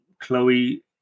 Chloe